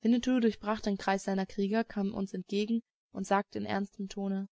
winnetou durchbrach den kreis seiner krieger kam uns entgegen und sagte in ernstem tone